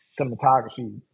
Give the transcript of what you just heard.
cinematography